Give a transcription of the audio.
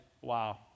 wow